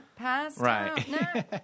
Right